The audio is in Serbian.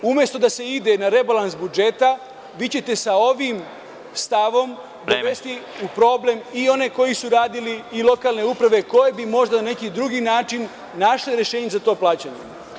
Umesto da se ide na rebalans budžeta, vi ćete sa ovim stavom dovesti u problem i one koji su radili i lokalne uprave koje bi možda na neki drugi način našle rešenje za to plaćanje.